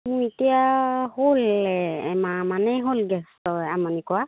এতিয়া হ'ল এমাহ মানেই হ'ল গেছৰ আমনি কৰা